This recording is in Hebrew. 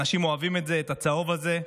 אנשים אוהבים את זה, את הצהוב הזה.